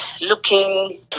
looking